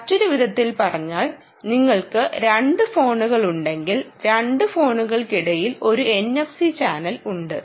മറ്റൊരു വിധത്തിൽ പറഞ്ഞാൽ നിങ്ങൾക്ക് രണ്ട് ഫോണുകളുണ്ടെങ്കിൽ രണ്ട് ഫോണുകൾക്കിടയിൽ ഒരു NFC ചാനൽ ഉണ്ട്